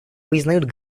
признают